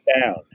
down